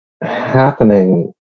happening